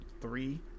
three